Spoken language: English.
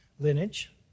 lineage